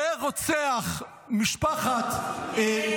-- ברוצח דוואבשה -- תקשיב,